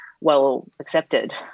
well-accepted